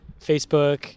Facebook